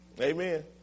Amen